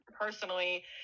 personally